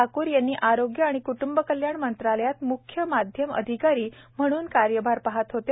ठाक्र यांनी आरोग्य आणि कुट्ंब कल्याण मंत्रालयात मुख्य माध्यम अधिकारी म्हणून कार्यभार पहात होते